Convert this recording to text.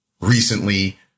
recently